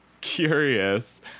curious